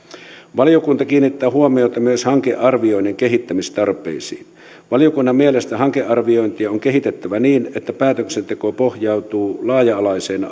valiokunta kiinnittää huomiota myös hankearvioinnin kehittämistarpeisiin valiokunnan mielestä hankearviointia on kehitettävä niin että päätöksenteko pohjautuu laaja alaiseen